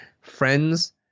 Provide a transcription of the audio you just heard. friends